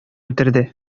үтерде